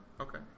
okay